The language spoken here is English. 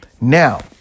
Now